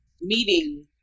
meeting